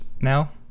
now